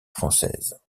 françaises